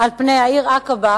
על פני העיר עקבה,